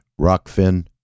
Rockfin